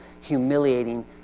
humiliating